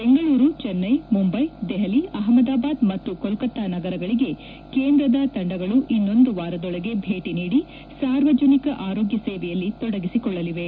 ಬೆಂಗಳೂರು ಚೆನ್ನೈ ಮುಂಬೈ ದೆಹಲಿ ಅಹಮದಾಬಾದ್ ಮತ್ತು ಕೊಲ್ಕತ್ತಾ ನಗರಗಳಿಗೆ ಕೇಂದ್ರದ ತಂಡಗಳು ಇನ್ನೊಂದು ವಾರದೊಳಗೆ ಭೇಟಿ ನೀಡಿ ಸಾರ್ವಜನಿಕ ಆರೋಗ್ಯ ಸೇವೆಯಲ್ಲಿ ತೊಡಗಿಸಿಕೊಳ್ಳಲಿವೆ